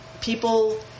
people